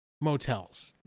motels